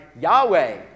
Yahweh